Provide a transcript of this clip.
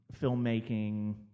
filmmaking